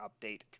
update